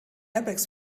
airbags